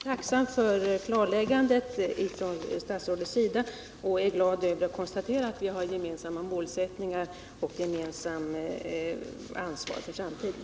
Herr talman! Jag är tacksam för klarläggandet från statsrådets sida och är glad över att kunna konstatera att vi har gemensamma målsättningar och gemensamt ansvar för framtiden.